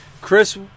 Chris